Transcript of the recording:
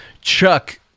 Chuck